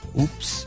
Oops